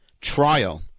trial